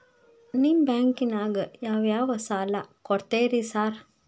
ನಿಮ್ಮ ಬ್ಯಾಂಕಿನಾಗ ಯಾವ್ಯಾವ ಸಾಲ ಕೊಡ್ತೇರಿ ಸಾರ್?